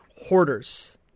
Hoarders